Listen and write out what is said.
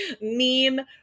meme